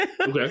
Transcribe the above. okay